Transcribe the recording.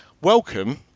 welcome